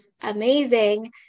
amazing